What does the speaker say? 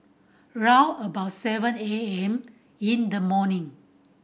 round about seven A M in the morning